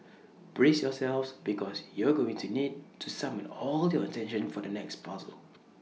brace yourselves because you're going to need to summon all your attention for the next puzzle